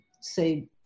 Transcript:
say